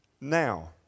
now